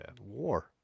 war